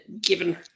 given